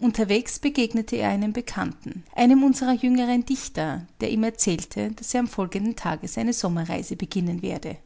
unterwegs begegnete er einem bekannten einem unserer jüngeren dichter der ihm erzählte daß er am folgenden tage seine sommerreise beginnen werde